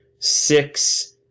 Six